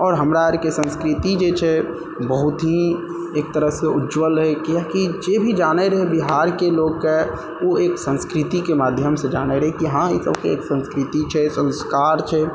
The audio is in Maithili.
आओर हमरा आरके संस्कृति जे छै बहुत ही एक तरह से उज्ज्वल रहै किए कि जे भी जानै रहै बिहारके लोकके ओ एक संस्कृतिके माध्यम से जानै रहै कि हँ ई सबके एक संस्कृति छै संस्कार छै